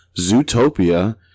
Zootopia